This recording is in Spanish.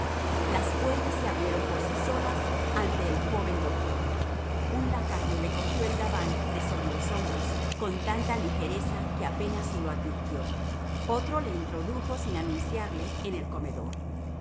las puertas se abrieron por sí solas ante el joven doctor un lacayo le cogió el gabán de sobre los hombros con tanta ligereza que apenas si lo advirtió otro le introdujo sin anunciarle en el comedor